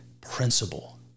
principle